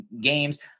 games